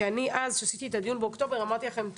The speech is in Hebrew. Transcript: כשעשיתי את הדיון באוקטובר אמרתי לכם,